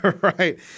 right